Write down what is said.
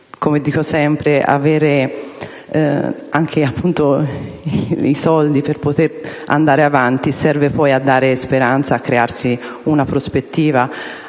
Come dico sempre, avere i soldi per poter andare avanti serve a dare speranza e a crearsi una prospettiva,